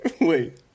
Wait